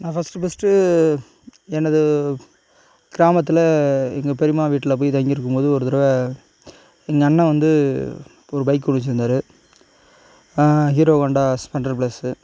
நான் first first எனது கிராமத்தில் எங்கள் பெரிம்மா வீட்டில் போய் தங்கிருக்கும் போது ஒரு தடவை எங்கள் அண்ணன் வந்து ஒரு பைக் ஒன்று வச்சிருந்தார் ஹீரோ ஹோண்டா ஸ்ப்ளெண்டர் பிளஸ்ஸு